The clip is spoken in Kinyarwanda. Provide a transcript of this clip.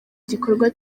gikorwa